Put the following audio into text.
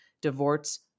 divorce